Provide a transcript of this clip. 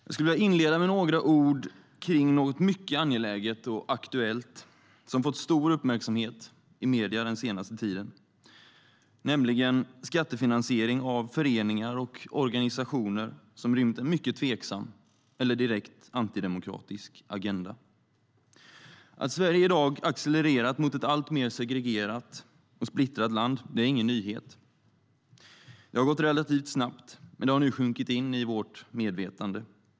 Jag skulle vilja inleda med några ord kring något mycket angeläget och aktuellt som fått stor uppmärksamhet i medierna den senaste tiden, nämligen skattefinansiering av föreningar och organisationer som rymt en mycket tveksam eller direkt antidemokratisk agenda. Att Sverige i dag accelererat mot ett alltmer segregerat och splittrat land är ingen nyhet. Det har gått relativt snabbt, men det har nu sjunkit in i vårt medvetande.